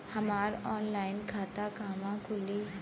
हमार ऑनलाइन खाता कहवा खुली?